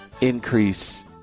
increase